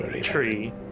Tree